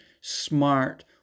smart